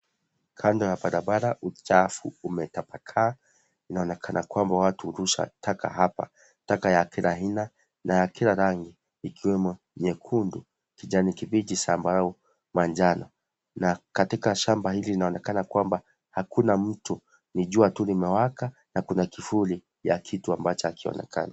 Kando ya barabara uchafu umetapakaa, inaonekana kwamba watu hurusha taka hapa, taka ya kila aina na ya kila rangi ikiwemo; nyekundu, kijani kibichi, zambarau, manjano na katika shamba hili inaonekana kwamba hakuna mtu ni jua tu limewaka na kuna kivuli ya kitu ambacho hakionekani.